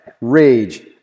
rage